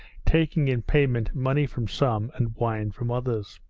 taking in payment money from some and wine from others.